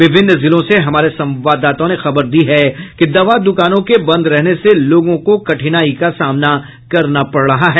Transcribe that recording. विभिन्न जिलों से हमारे संवाददाताओं ने खबर दी है कि दवा दुकानों के बंद रहने से लोगों को कठिनाई का सामना करना पड़ रहा है